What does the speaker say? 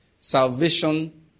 Salvation